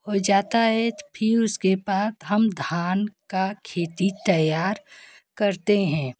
हो जाता है फिर उसके बाद हम धान का खेती तैयार करते हैं